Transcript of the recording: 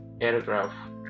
aircraft